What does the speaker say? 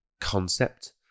concept